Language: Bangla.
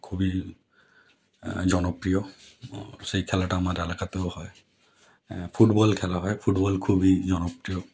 খুবই জনপ্রিয় সেই খেলাটা আমার এলাকাতেও হয় ফুটবল খেলা হয় ফুটবল খুবই জনপ্রিয়